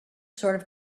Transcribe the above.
sort